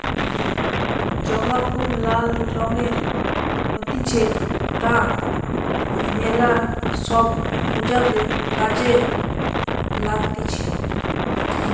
জবা ফুল লাল রঙের হতিছে তা মেলা সব পূজাতে কাজে লাগতিছে